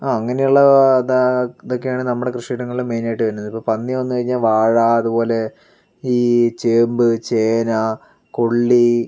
ആ അങ്ങനെയുള്ള ഇതാ ഇതൊക്കെയാണ് നമ്മുടെ കൃഷിയിടങ്ങളിൽ മെയിനായിട്ട് വരുന്നത് ഇപ്പോൾ പന്നി വന്നു കഴിഞ്ഞാൽ വാഴ അതുപോലെ ഈ ചേമ്പ് ചേന കൊള്ളി